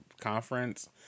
conference